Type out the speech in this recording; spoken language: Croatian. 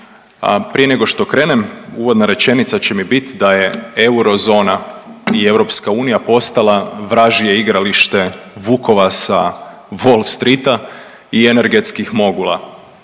Prije nego što krenem uvodna rečenica će mi bit da je eurozona i EU postala vražje igralište vukova sa Wall Streeta i energetskih mogula